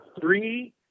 three